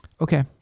Okay